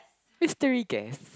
mystery guest